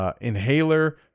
inhaler